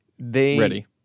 Ready